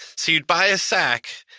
so you'd buy a sack